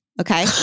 Okay